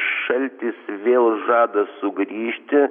šaltis vėl žada sugrįžti